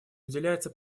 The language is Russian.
уделяется